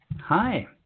Hi